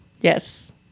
Yes